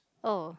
oh